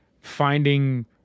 finding